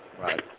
Right